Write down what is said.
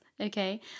okay